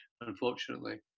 unfortunately